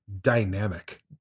dynamic